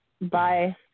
Bye